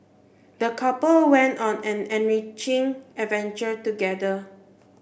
the couple went on an enriching adventure together